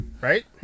Right